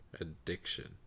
Addiction